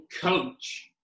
coach